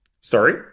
Sorry